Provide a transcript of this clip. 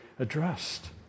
Addressed